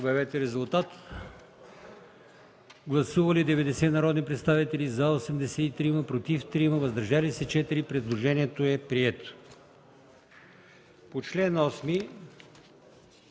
от комисията. Гласували 90 народни представители: за 83, против 3, въздържали се 4. Предложението е прието. По чл. 8